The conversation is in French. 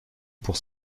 pour